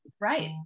Right